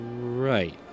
Right